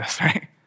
right